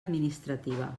administrativa